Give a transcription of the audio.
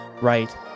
right